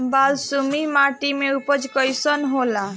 बालसुमी माटी मे उपज कईसन होला?